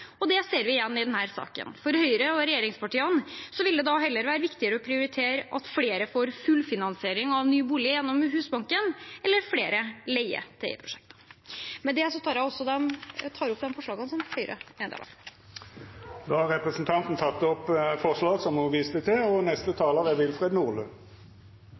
og det ser vi igjen i denne saken. For Høyre og regjeringspartiene vil det da heller være viktigere å prioritere at flere får fullfinansiering av ny bolig gjennom Husbanken, eller flere leie-til-eie-prosjekter. Med det tar jeg opp det forslaget Høyre har sammen med andre. Representanten Mari Holm Lønseth har teke opp det forslaget ho refererte til. Som komiteen understreker i innstillingen, behandler vi i dag ikke de sakene som